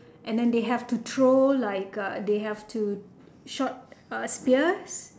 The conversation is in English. and then they have to throw like uh they have to shoot uh spears